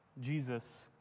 Jesus